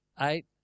eight